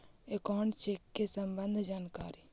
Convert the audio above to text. Account check के सम्बन्ध जानकारी?